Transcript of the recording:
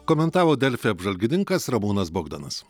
komentavo delfi apžvalgininkas ramūnas bogdanas